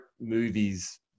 movies